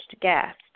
guest